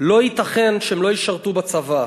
לא ייתכן שהם לא ישרתו בצבא,